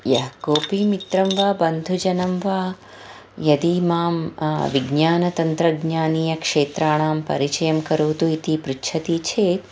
यत् किमपि मित्रं वा बन्धुजनः वा यदि मां विज्ञानतन्त्रज्ञानीयक्षेत्राणां परिचयं करोतु इति पृच्छति चेत्